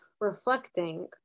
reflecting